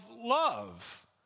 love